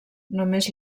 només